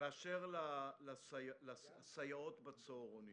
באשר לסייעות בצוהרונים